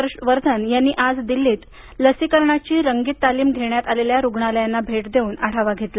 हर्ष वर्धन यांनी आज दिल्लीत लसीकरणाची रंगीत तालीम घेण्यात आलेल्या रुग्णालयांना भेट देऊन आढावा घेतला